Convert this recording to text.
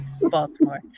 Baltimore